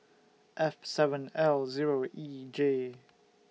F seven L Zero E J